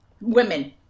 women